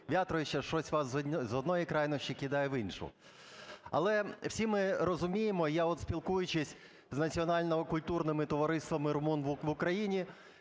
В'ятровича. Щось вас з одної крайнощі кидає в іншу. Але всі ми розуміємо, і я от, спілкуючись з національно-культурними товариствами румун в Україні